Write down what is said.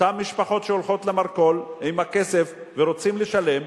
אותן משפחות שהולכות למרכול עם הכסף ורוצות לשלם.